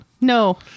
No